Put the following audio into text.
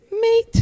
Mate